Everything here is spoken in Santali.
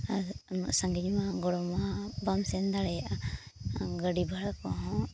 ᱟᱨ ᱩᱱᱟᱹᱜ ᱥᱟᱺᱜᱤᱧ ᱢᱟ ᱜᱚᱲᱚ ᱢᱟ ᱵᱟᱢ ᱥᱮᱱ ᱫᱟᱲᱮᱭᱟᱜᱼᱟ ᱜᱟᱹᱰᱤ ᱵᱷᱟᱲᱟ ᱠᱚᱦᱚᱸ